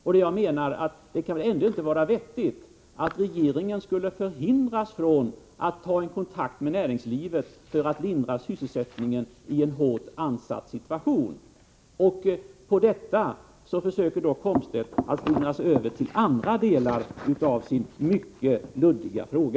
Det kan väl ändå inte vara vettigt att hindra regeringen från att ta kontakt med näringslivet i syfte att lindra sysselsättningsproblemen i en hårt ansatt region. Wiggo Komstedt försöker dock slingra sig undan från dilemmat genom att gå in på andra delar av sin mycket luddiga fråga.